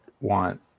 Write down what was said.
want